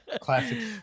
Classic